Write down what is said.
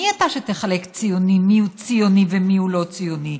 מי אתה שתחלק ציונים מיהו ציוני ומיהו לא ציוני?